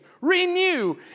renew